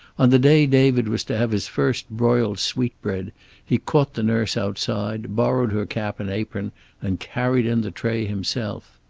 on the day david was to have his first broiled sweetbread he caught the nurse outside, borrowed her cap and apron and carried in the tray himself.